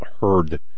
heard